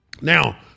Now